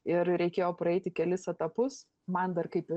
ir reikėjo praeiti kelis etapus man dar kaip